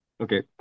Okay